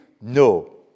no